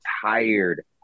tired